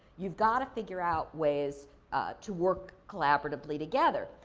you gotta figure out ways to work collaboratively, together.